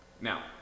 Now